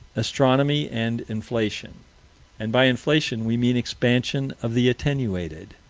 astronomy and inflation and by inflation we mean expansion of the attenuated.